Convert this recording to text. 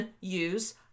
use